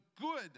good